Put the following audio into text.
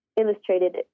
illustrated